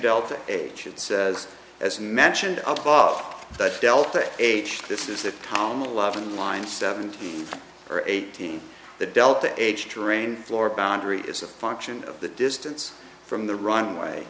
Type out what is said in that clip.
delta agent says as mentioned above the delta age this is the home a lot in line seventeen or eighteen the delta age terrain floor boundary is a function of the distance from the runway